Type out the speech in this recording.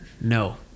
No